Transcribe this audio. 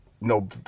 no